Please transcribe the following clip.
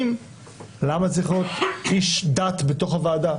למה צריך להיות איש דת בתוך הוועדה?